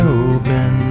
open